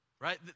Right